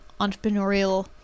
entrepreneurial